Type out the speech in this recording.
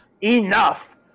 Enough